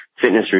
fitness